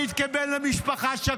לא נעים לכם?